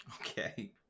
Okay